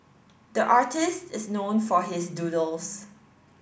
the artist is known for his doodles